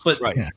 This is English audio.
Right